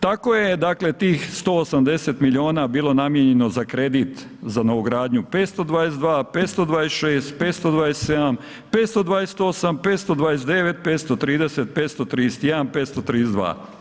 Tako je tih 180 milijuna bilo namijenjeno za kredit za novogradnju 522, 526, 527, 528, 529, 530, 531, 532.